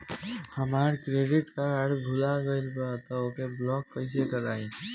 हमार credit card भुला गएल बा त ओके ब्लॉक कइसे करवाई?